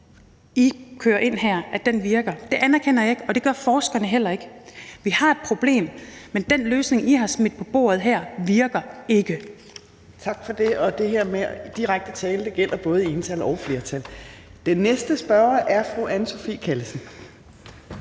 I kører ind her, virker; det anerkender jeg ikke, og det gør forskerne heller ikke. Vi har et problem, men den løsning, I har smidt på bordet her, virker ikke. Kl. 17:29 Tredje næstformand (Trine Torp): Tak for det. Det her med, at vi ikke bruger direkte tiltale, gælder både i ental og flertal. Den næste spørger er fru Anne Sophie Callesen.